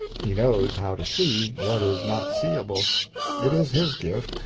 he knows how to see what is not seeable it is his gift,